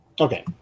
Okay